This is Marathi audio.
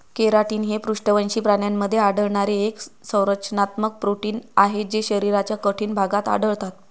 केराटिन हे पृष्ठवंशी प्राण्यांमध्ये आढळणारे एक संरचनात्मक प्रोटीन आहे जे शरीराच्या कठीण भागात आढळतात